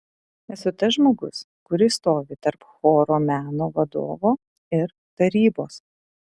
esu tas žmogus kuris stovi tarp choro meno vadovo ir tarybos